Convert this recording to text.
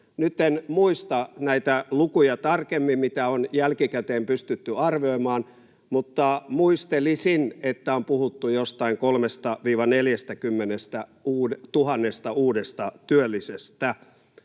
Nyt en muista näitä lukuja tarkemmin, mitä on jälkikäteen pystytty arvioimaan, mutta muistelisin, että on puhuttu jostain 30 000—40 000 uudesta työllisestä.